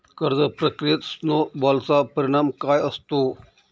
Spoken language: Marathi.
कर्ज प्रक्रियेत स्नो बॉलचा परिणाम काय असतो?